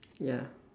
ya